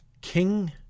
king